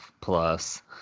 plus